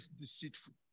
deceitful